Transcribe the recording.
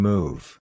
Move